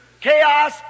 chaos